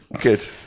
Good